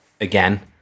again